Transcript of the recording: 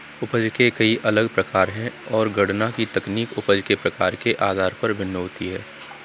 उपज के कई अलग प्रकार है, और गणना की तकनीक उपज के प्रकार के आधार पर भिन्न होती है